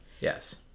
Yes